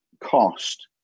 cost